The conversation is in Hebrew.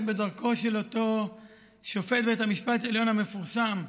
בדרכו של אותו שופט בית המשפט העליון המפורסם,